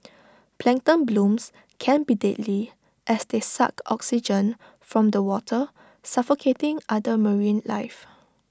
plankton blooms can be deadly as they suck oxygen from the water suffocating other marine life